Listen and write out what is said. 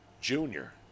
Junior